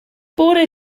bore